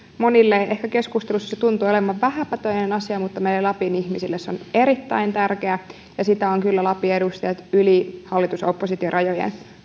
monille keskustelussa se ehkä tuntuu olevan vähäpätöinen asia mutta meille lapin ihmisille se on erittäin tärkeä ja sitä ovat kyllä lapin edustajat yli hallitus oppositio rajojen